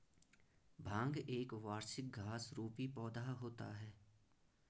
भांग एक वार्षिक घास रुपी पौधा होता है